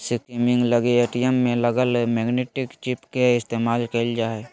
skimming लगी ATM में लगल मैग्नेटिक चिप के इस्तेमाल कइल जा हइ